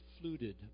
fluted